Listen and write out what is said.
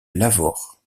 lavaur